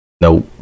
no